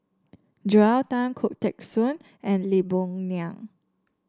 Joel Tan Khoo Teng Soon and Lee Boon Ngan